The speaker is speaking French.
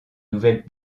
nouvelle